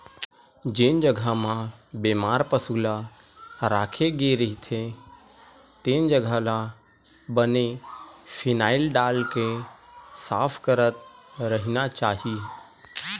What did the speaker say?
जेन जघा म बेमार पसु ल राखे गे रहिथे तेन जघा ल बने फिनाईल डालके साफ करत रहिना चाही